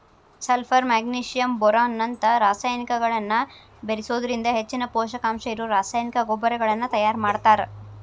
sulphur magnesium boron ನಂತ ರಸಾಯನಿಕಗಳನ್ನ ಬೇರಿಸೋದ್ರಿಂದ ಹೆಚ್ಚಿನ ಪೂಷಕಾಂಶ ಇರೋ ರಾಸಾಯನಿಕ ಗೊಬ್ಬರಗಳನ್ನ ತಯಾರ್ ಮಾಡ್ತಾರ